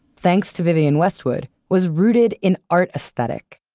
thanks to vivienne westwood, was rooted in art aesthetic.